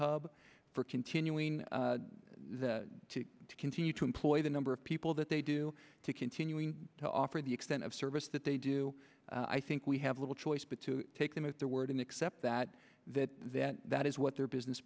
hub for continuing to continue to employ the number of people that they do to continuing to offer the extent of service that they do i think we have little choice but to take them at their word except that that that that is what their business